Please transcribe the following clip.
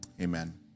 Amen